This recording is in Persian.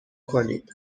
کنید